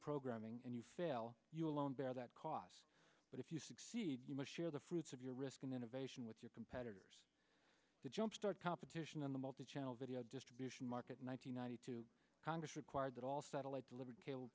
programming and you fail you alone bear that cost but if you succeed you must share the fruits of your risk in innovation with your competitors the job start competition on the multi channel video distribution market nine hundred ninety two congress required that all satellite delivered cable